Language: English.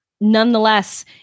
nonetheless